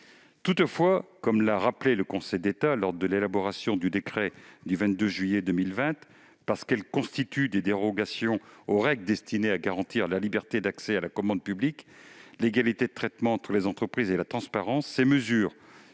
Toutefois, comme l'a rappelé le Conseil d'État lors de l'élaboration du décret du 22 juillet 2020, parce qu'elles constituent des dérogations aux règles destinées à garantir la liberté d'accès à la commande publique, l'égalité de traitement entre les entreprises et la transparence, ces mesures,